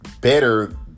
better